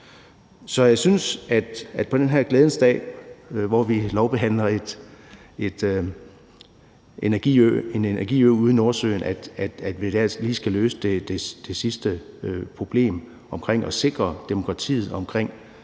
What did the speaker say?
Så jeg synes, at vi på den her glædens dag, hvor vi lovbehandler et forslag om en energiø ude i Nordsøen, lige skal løse det sidste problem med at sikre demokratiet omkring